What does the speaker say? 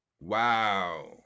Wow